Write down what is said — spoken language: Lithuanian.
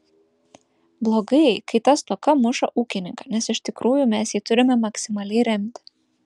blogai kai ta stoka muša ūkininką nes iš tikrųjų mes jį turime maksimaliai remti